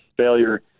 failure